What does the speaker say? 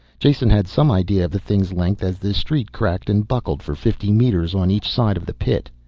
jason had some idea of the thing's length as the street cracked and buckled for fifty meters on each side of the pit.